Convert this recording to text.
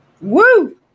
Woo